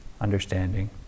understanding